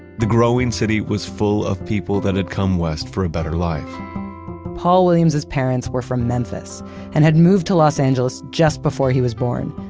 the growing city was full of people that had come west for a better life paul williams' parents were from memphis and had moved to los angeles just before he was born.